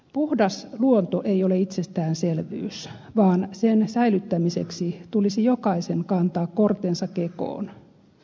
puhdas luonto ei ole itsestäänselvyys vaan sen säilyttämiseksi tulisi jokaisen kantaa kortensa kekoon